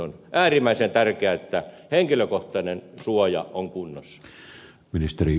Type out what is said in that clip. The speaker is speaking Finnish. on äärimmäisen tärkeää että henkilökohtainen suoja on kunnossa